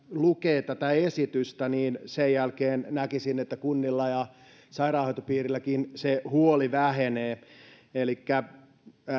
lukee tätä esitystä niin näkisin että sen jälkeen kunnilla ja sairaanhoitopiireilläkin se huoli vähenee elikkä